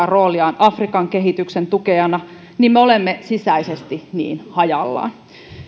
rooliaan afrikan kehityksen tukijana me olemme sisäisesti niin hajallaan